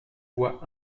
voit